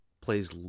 Plays